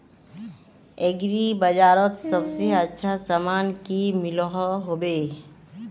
Agri बजारोत सबसे अच्छा सामान की मिलोहो होबे?